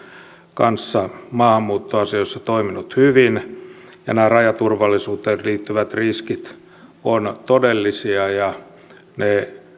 kanssa maahanmuuttoasioissa toiminut hyvin nämä rajaturvallisuuteen liittyvät riskit ovat todellisia ja ne